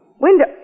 Window